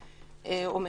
כן, או מכינות.